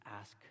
ask